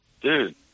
Dude